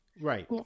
Right